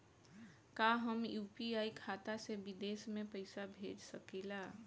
का हम यू.पी.आई खाता से विदेश में पइसा भेज सकिला?